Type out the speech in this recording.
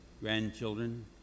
grandchildren